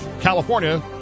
California